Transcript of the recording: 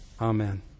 Amen